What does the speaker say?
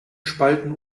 spalten